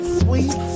sweet